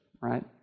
right